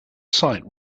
site